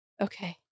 Okay